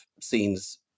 scenes